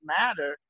matter